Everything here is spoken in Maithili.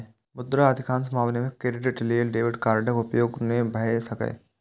मुदा अधिकांश मामला मे क्रेडिट लेल डेबिट कार्डक उपयोग नै भए सकैए